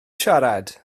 siarad